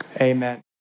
amen